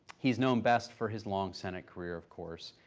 he's known best for his long senate career of course,